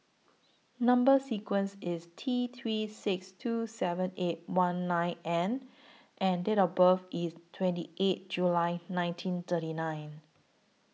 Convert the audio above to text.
Number sequence IS T three six two seven eight one nine N and Date of birth IS twenty eight July nineteen thirty nine